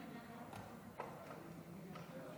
אדוני היושב-ראש,